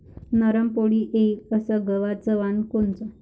नरम पोळी येईन अस गवाचं वान कोनचं?